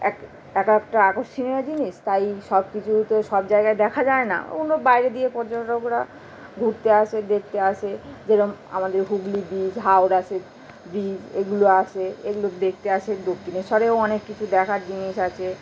এক একেকটা আকর্ষণীয় জিনিস তাই সব কিছুই তো সব জায়গায় দেখা যায় না ওগুলো বাইরে দিয়ে পর্যটকরা ঘুরতে আসে দেখতে আসে যেরকম আমাদের হুগলি ব্রিজ হাওড়া সেতু ব্রিজ এগুলো আছে এগুলো দেখতে আসে দক্ষিণেশ্বরেও অনেক কিছু দেখার জিনিস আছে